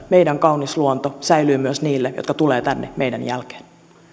meidän kaunis luonto säilyy myös niille jotka tulevat tänne meidän jälkeen